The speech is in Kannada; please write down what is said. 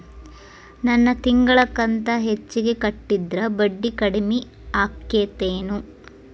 ನನ್ ತಿಂಗಳ ಕಂತ ಹೆಚ್ಚಿಗೆ ಕಟ್ಟಿದ್ರ ಬಡ್ಡಿ ಕಡಿಮಿ ಆಕ್ಕೆತೇನು?